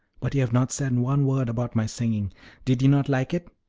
but you have not said one word about my singing did you not like it?